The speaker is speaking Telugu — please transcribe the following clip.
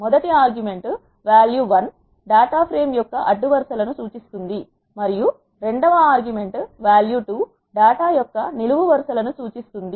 మొదటి ఆర్గ్యుమెంట్ val1 డేటా ఫ్రేమ్ యొక్క అడ్డు వరుస లను సూచిస్తుంది మరియు రెండవ ఆర్గ్యుమెంట్ val2 డేటా యొక్క నిలువు వరుస ల ను సూచిస్తుంది